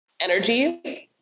energy